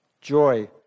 joy